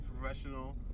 professional